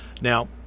Now